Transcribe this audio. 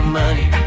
money